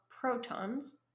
protons